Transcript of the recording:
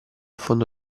fondo